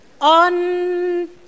On